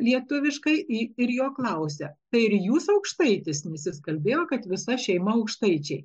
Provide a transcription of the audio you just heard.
lietuviškai ir jo klausia tai ir jūs aukštaitis nes jis kalbėjo kad visa šeima aukštaičiai